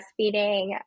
breastfeeding